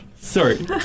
Sorry